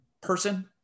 person